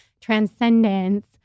transcendence